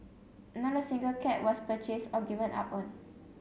not a single cat was purchased or given up on